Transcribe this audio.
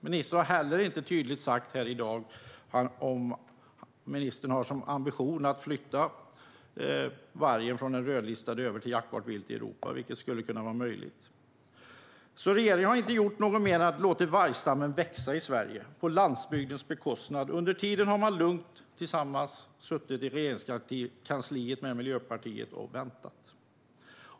Ministern har inte heller här i dag tydligt sagt något om han har som ambition att flytta vargen från att vara rödlistad till att bli jaktbart vilt i Europa, vilket skulle kunna vara möjligt. Regeringen har alltså inte gjort någonting mer än att låta vargstammen växa i Sverige på landsbygdens bekostnad. Under tiden har man lugnt suttit tillsammans med Miljöpartiet i Regeringskansliet och väntat.